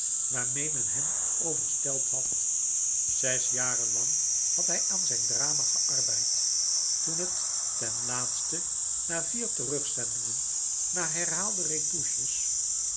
waarmeê men hem overstelpt had zes jaren lang had hij aan zijn drama geärbeid toen het ten laatste na vier terugzendingen na herhaalde retouches